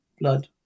blood